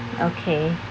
okay